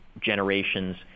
generations